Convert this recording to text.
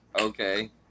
Okay